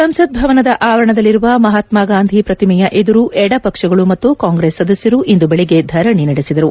ಸಂಸತ್ ಭವನದ ಆವರಣದಲ್ಲಿರುವ ಮಹಾತ್ಮ ಗಾಂಧಿ ಪ್ರತಿಮೆಯ ಎದುರು ಎಡಪಕ್ಷಗಳು ಮತ್ತು ಕಾಂಗ್ರೆಸ್ ಸದಸ್ಯರು ಇಂದು ಬೆಳಗ್ಗೆ ಧರಣಿ ನಡೆಸಿದರು